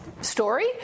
story